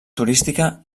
turística